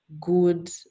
good